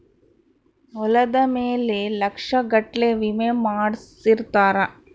ಹೊಲದ ಮೇಲೆ ಲಕ್ಷ ಗಟ್ಲೇ ವಿಮೆ ಮಾಡ್ಸಿರ್ತಾರ